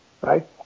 right